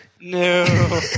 No